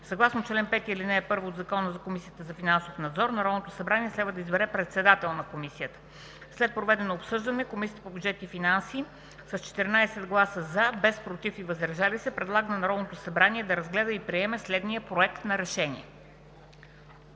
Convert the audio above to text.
Съгласно чл. 5, ал. 1 от Закона за Комисията за финансов надзор, Народното събрание следва да избере председател на Комисията за финансов надзор. След проведеното обсъждане Комисията по бюджет и финанси с 14 гласа „за”, без „против” и „въздържал се” предлага на Народното събрание да разгледа и приеме следния Проект на решение: